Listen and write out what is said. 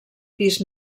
pis